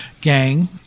gang